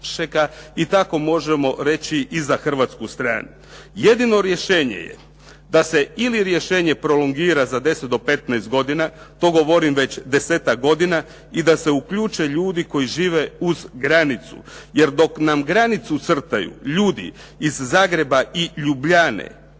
i tako možemo reći i za hrvatsku stranu. Jedino rješenje je da se ili rješenje prolongira za 10 do 15 godina, to govorim već desetak godina i da se uključe ljudi koji žive uz granicu jer dok nam granicu crtaju ljudi iz Zagreba i Ljubljane